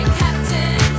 captain